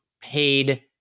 paid